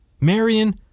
Marion